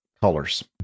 colors